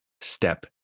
step